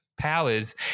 powers